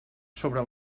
sobre